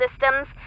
systems